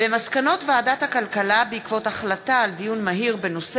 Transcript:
מסקנות ועדת הכלכלה בעקבות דיון מהיר בהצעתם של חברי הכנסת רועי פולקמן,